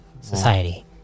Society